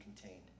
contained